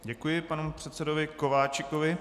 Děkuji panu předsedovi Kováčikovi.